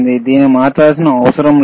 దీన్ని మార్చాల్సిన అవసరం లేదు